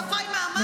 זו לא שפה רשמית.